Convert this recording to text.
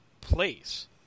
place